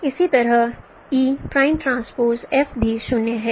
इसी तरह e prime transpose F भी 0 है